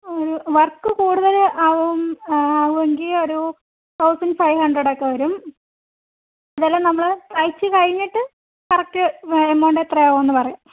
ഒരു വർക്ക് കൂടുതൽ ആവും ആവുമെങ്കിൽ ഒരു തൗസൻഡ് ഫൈവ് ഹൺഡ്രഡ് ഒക്കെ വരും ഇതെല്ലാം നമ്മൾ തയ്ച്ചു കഴിഞ്ഞിട്ട് കറക്റ്റ് എമൗണ്ട് എത്ര ആവുമെന്ന് പറയാം